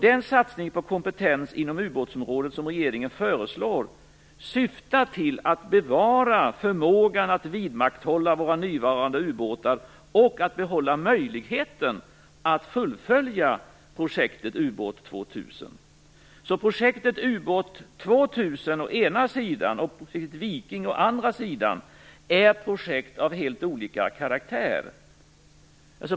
Den satsning på kompetens inom ubåtsområdet som regeringen föreslår syftar till att bevara förmågan att vidmakthålla våra nuvarande ubåtar och att behålla möjligheten att fullfölja projektet ubåt 2000. Projektet ubåt 2000 å ena sidan och projektet Viking å andra sidan är projekt av helt olika karaktär.